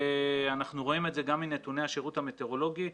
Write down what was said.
ואנחנו רואים את זה גם מנתוני השירות המטאורולוגי,